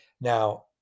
Now